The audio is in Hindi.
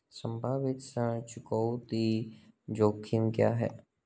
संभावित ऋण चुकौती जोखिम क्या हैं?